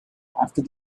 after